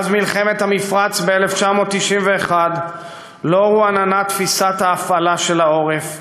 מאז מלחמת המפרץ ב-1991 לא רועננה תפיסת ההפעלה של העורף,